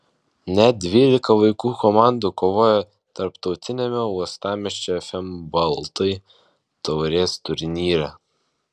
net dvylika vaikų komandų kovojo tarptautiniame uostamiesčio fm baltai taurės turnyre